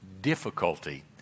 difficulty